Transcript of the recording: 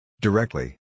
Directly